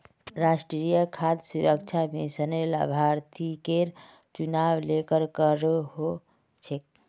राष्ट्रीय खाद्य सुरक्षा मिशनेर लाभार्थिकेर चुनाव केरन करें हो छेक